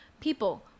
people